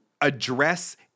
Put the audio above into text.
address